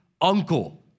uncle